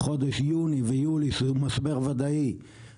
לא חייב להכריע את הדבר הזה היום.